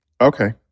Okay